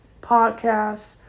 Podcasts